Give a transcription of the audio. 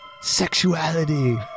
sexuality